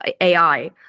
AI